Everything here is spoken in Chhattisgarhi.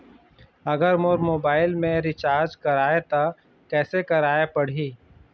अगर मोर मोबाइल मे रिचार्ज कराए त कैसे कराए पड़ही?